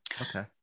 Okay